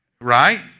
Right